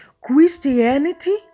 Christianity